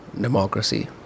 democracy